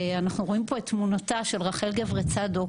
אנחנו רואים פה את תמונתה של רחל גברה-צדוק,